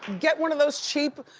get one of those cheap,